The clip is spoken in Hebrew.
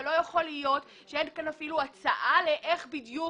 אבל לא יכול להיות שאין כאן אפילו הצעה איך בדיוק